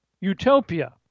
utopia